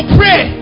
pray